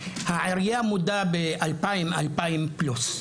והעירייה מודה ב-2,000 פלוס.